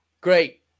Great